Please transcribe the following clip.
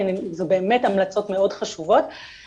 כי אלה באמת המלצות מאוד חשובות.